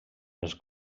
els